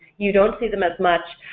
you don't see them as much,